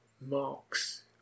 marks